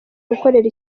gukorera